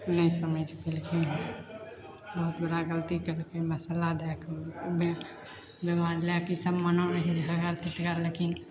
नहि समझि पएलखिन बहुत बड़ा गलती कएलखिन मसल्ला दैके ओहिमे बेमारी लैके ईसब मना रहै झलगर तितगर लेकिन